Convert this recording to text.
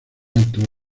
alto